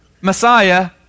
Messiah